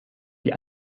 die